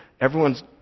everyone's